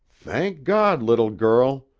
thank god, little girl!